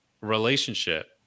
relationship